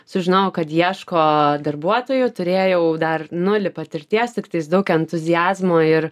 sužinojau kad ieško darbuotojų turėjau dar nulį patirties tiktais daug entuziazmo ir